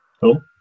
Cool